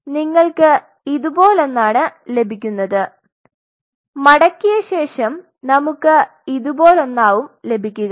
അതിനാൽ നിങ്ങൾക്ക് ഇതുപോലൊന്നാണ് ലഭിക്കുന്നത് മടക്കിയ ശേഷം നമ്മുക് ഇതുപോലൊന്നാവും ലഭിക്കുക